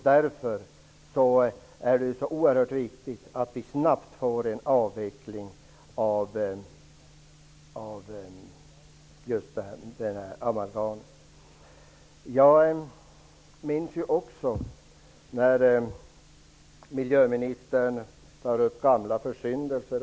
Därför är det oerhört viktigt att vi snabbt får en avveckling av amalgamet. Miljöministern talar om gamla försyndelser.